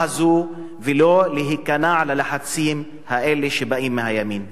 הזו ולא להיכנע ללחצים האלה שבאים מהימין.